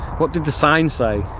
what did the sign say?